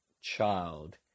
child